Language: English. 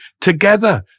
together